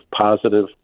positive